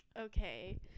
okay